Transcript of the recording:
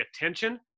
attention